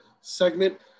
segment